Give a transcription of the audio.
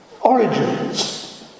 Origins